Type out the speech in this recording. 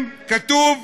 אם כתוב: